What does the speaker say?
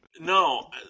No